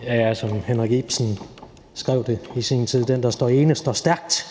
det. Som Henrik Ibsen skrev det i sin tid: Den, der står ene, står stærkt.